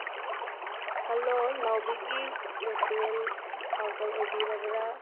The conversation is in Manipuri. ꯍꯜꯂꯣ ꯅꯥꯎꯕꯤꯒꯤ ꯔꯦꯁꯇꯨꯔꯦꯟ ꯀꯥꯎꯟꯇꯔ ꯑꯣꯏꯕꯤꯔꯕ꯭ꯔꯥ